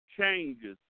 changes